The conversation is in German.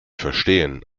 verstehen